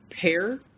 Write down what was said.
pair